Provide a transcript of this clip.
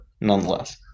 nonetheless